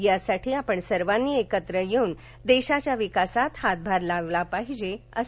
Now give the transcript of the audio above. त्यासाठी आपण सर्वांनी एकत्र येऊन देशाच्या विकासात हातभार लावला पाहिजे